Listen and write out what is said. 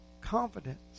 Confidence